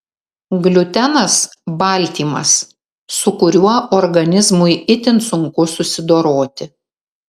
gliutenas baltymas su kuriuo organizmui itin sunku susidoroti